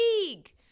League